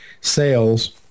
sales